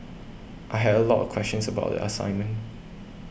I had a lot of questions about the assignment